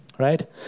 right